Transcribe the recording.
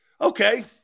okay